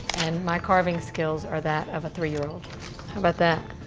and my carving skills are that of a three year old. how about that?